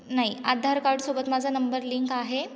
नाही आधार कार्डसोबत माझा नंबर लिंक आहे